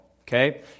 okay